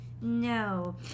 No